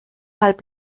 halb